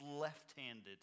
left-handed